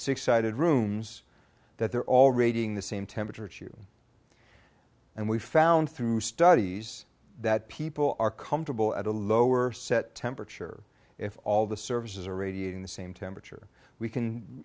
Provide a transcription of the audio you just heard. six sided rooms that they're all rating the same temperature chu and we found through studies that people are comfortable at a lower set temperature if all the services are radiating the same temperature we can